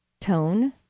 tone